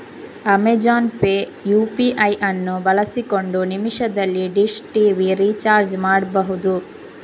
Amazon Pay UPI ಅನ್ನು ಬಳಸಿಕೊಂಡು ನಿಮಿಷದಲ್ಲಿ ಡಿಶ್ ಟಿವಿ ರಿಚಾರ್ಜ್ ಮಾಡ್ಬಹುದು